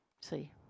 See